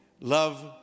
Love